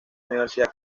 universidad